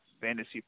fantasy